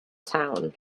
town